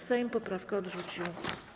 Sejm poprawkę odrzucił.